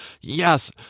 yes